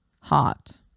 hot